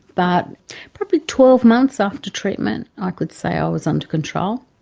but probably twelve months after treatment i could say i ah was under control,